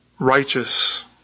Righteous